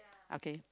okay